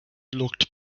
looked